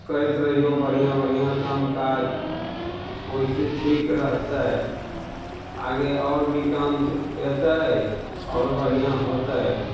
करैत रहियौ बढ़िआँ बढ़िआँ काम काज ओहिसँ ठीक रहतइ आगे आओर भी काम एतय आओर बढ़िआँ होतय